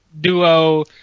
duo